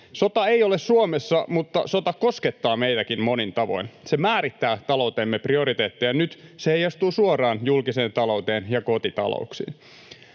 Sota ei ole Suomessa, mutta sota koskettaa meitäkin monin tavoin. Se määrittää taloutemme prioriteetteja nyt, se heijastuu suoraan julkiseen talouteen ja kotitalouksiin.